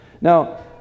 Now